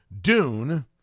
Dune